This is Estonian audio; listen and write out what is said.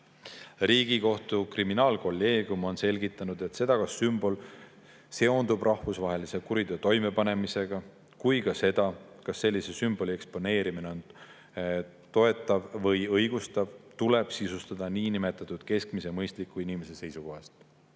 Riigikohtu kriminaalkolleegium on selgitanud, et nii seda, kas sümbol seondub rahvusvahelise kuriteo toimepanemisega, kui ka seda, kas sellise sümboli eksponeerimine on toetav või õigustav, tuleb sisustada niinimetatud keskmise mõistliku inimese seisukohast.